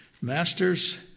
Masters